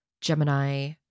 Gemini